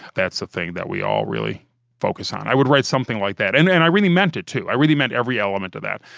that's the thing that we all really focus on i would write something like that and and i really meant it to. i really meant every element of that.